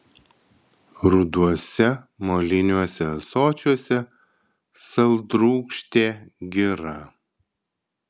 ruduose moliniuose ąsočiuose saldrūgštė gira